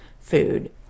food